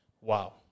Wow